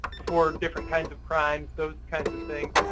for different kinds of crimes, those kinds of things.